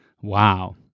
wow